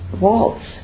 waltz